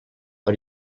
per